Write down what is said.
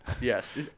Yes